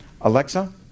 Alexa